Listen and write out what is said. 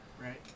right